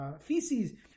feces